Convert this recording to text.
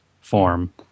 form